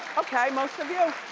okay, most of you.